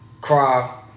cry